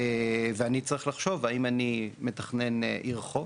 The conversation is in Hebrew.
ואני צריך לחשוב האם אני מתכנן עיר חוף,